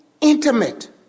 intimate